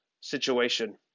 situation